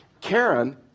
Karen